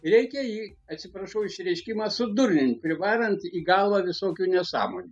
reikia jį atsiprašau už išsireiškimą sudurnint privarant į galvą visokių nesąmonių